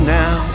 now